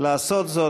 לעשות זאת.